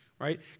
right